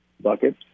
bucket